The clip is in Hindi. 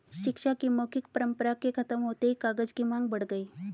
शिक्षा की मौखिक परम्परा के खत्म होते ही कागज की माँग बढ़ गई